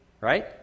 right